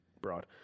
broad